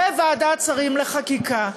בוועדת השרים לחקיקה.